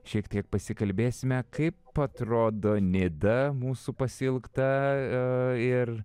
šiek tiek pasikalbėsime kaip atrodo nida mūsų pasiilgta ir